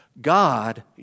God